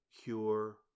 cure